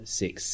six